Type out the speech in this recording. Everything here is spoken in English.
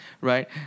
right